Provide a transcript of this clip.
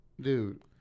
Dude